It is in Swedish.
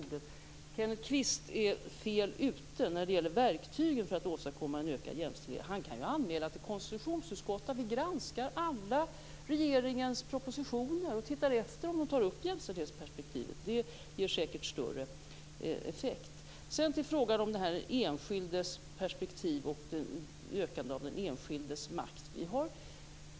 Kenneth Kvist är fel ute när det gäller verktygen för att åstadkomma en ökad jämställdhet. Han kan göra en anmälan till konstitutionsutskottet om att man skall granska alla regeringens propositioner och titta efter om de tar upp jämställdhetsperspektivet. Det ger säkert större effekt. Sedan till frågan om den enskildes perspektiv och ökande av den enskildes makt.